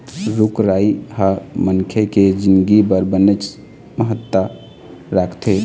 रूख राई ह मनखे के जिनगी बर बनेच महत्ता राखथे